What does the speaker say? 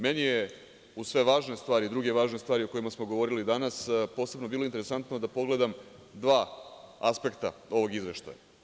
Meni je uz sve važne stvari, druge važne stvari, o kojima smo govorili danas, posebno bilo interesantno da pogledam dva aspekta ovog izveštaja.